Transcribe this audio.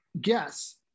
guess